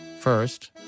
First